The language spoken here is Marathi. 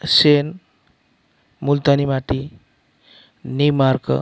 शेण मुलतानी माती नीम अर्क